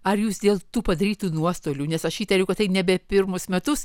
ar jūs dėl tų padarytų nuostolių nes aš įtariu kad tai nebe pirmus metus